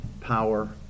power